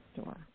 store